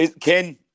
Ken